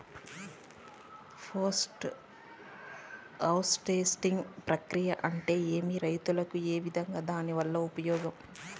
Post harvesting ప్రక్రియ అంటే ఏమి? రైతుకు ఏ విధంగా దాని వల్ల ఉపయోగం?